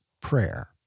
prayer